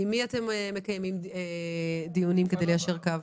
עם מי אתם מקיימים דיונים כדי ליישר קו?